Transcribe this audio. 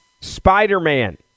Spider-Man